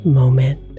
moment